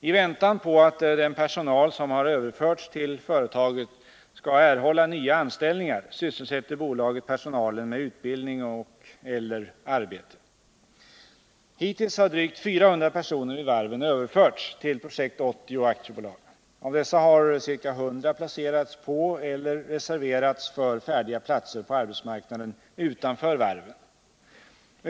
I väntan på att den personal som har överförts till företaget skall erhålla nya anställningar sysselsätter bolaget personalen med utbildning och/eller arbete. Hittills har drygt 400 personer vid varven överförts till Projekt 80 AB. Av dessa har ca 100 placerats på eller reserverats för färdiga platser på arbetsmarknaden utanför varven.